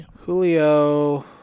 Julio